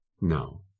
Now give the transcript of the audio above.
No